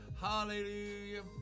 Hallelujah